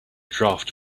draft